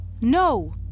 No